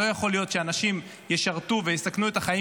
לא יכול להיות שאנשים ישרתו ויסכנו את החיים